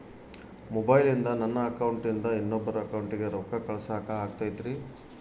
ಮೊಬೈಲಿಂದ ನನ್ನ ಅಕೌಂಟಿಂದ ಇನ್ನೊಬ್ಬರ ಅಕೌಂಟಿಗೆ ರೊಕ್ಕ ಕಳಸಾಕ ಆಗ್ತೈತ್ರಿ?